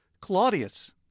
Claudius